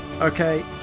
okay